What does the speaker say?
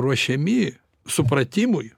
ruošiami supratimui